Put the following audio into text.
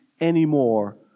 anymore